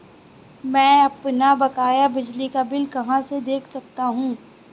मैं अपना बकाया बिजली का बिल कहाँ से देख सकता हूँ?